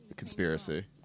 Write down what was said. conspiracy